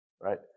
right